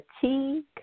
fatigue